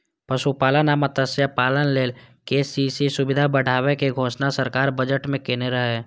पशुपालन आ मत्स्यपालन लेल के.सी.सी सुविधा बढ़ाबै के घोषणा सरकार बजट मे केने रहै